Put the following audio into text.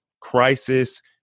crisis